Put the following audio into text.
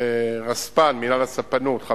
רספ"ן, מינהל הספנות, חמישה,